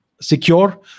secure